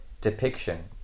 depiction